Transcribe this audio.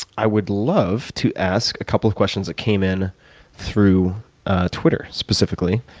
i would love to ask a couple of questions that came in through twitter, specifically.